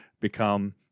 become